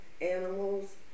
animals